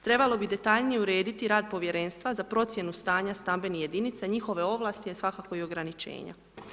Trebalo bi detaljnije urediti rad povjerenstva za procjenu stanja stambenih jedinica, njihove ovlasti jer svakako i ograničenja.